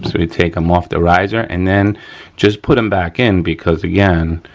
so we take them off the riser and then just put them back in because again,